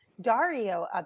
Dario